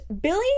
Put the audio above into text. Billy